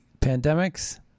pandemics